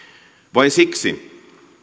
vai siksi